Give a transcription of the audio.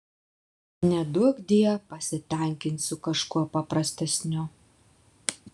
neduokdie pasitenkinsiu kažkuo paprastesniu